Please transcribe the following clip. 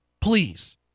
Please